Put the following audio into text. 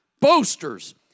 boasters